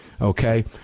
okay